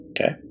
Okay